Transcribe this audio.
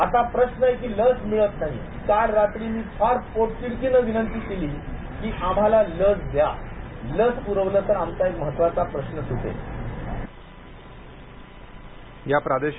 आता प्रश्न आहे की लस मिळत नाही काल रात्री मी काल मी पोटतिडकीनं विनंती केली की आम्हाला लस द्या लस पुरवली तर आमचा एक महत्वाचा प्रश्न सुटेल